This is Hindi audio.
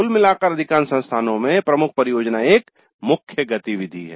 कुल मिलाकर अधिकांश संस्थानों में प्रमुख परियोजना एक मुख्य गतिविधि है